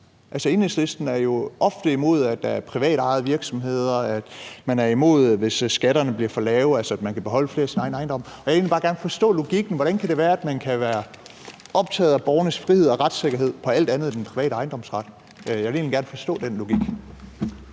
Enhedslisten er jo ofte imod, at der er privatejede virksomheder; man er imod det, hvis skatterne bliver for lave, altså at man kan beholde mere af sin egen ejendom. Jeg vil egentlig bare gerne forstå logikken. Hvordan kan det være, at man kan være optaget af borgernes frihed og retssikkerhed på alle andre områder end den private ejendomsret? Jeg vil egentlig gerne forstå den logik.